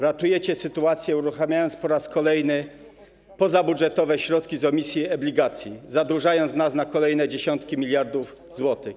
Ratujecie sytuację, uruchamiając po raz kolejny pozabudżetowe środki z emisji obligacji, zadłużając nas na kolejne dziesiątki miliardów złotych.